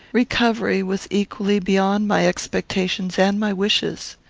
recovery was equally beyond my expectations and my wishes.